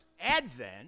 advent